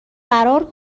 فرار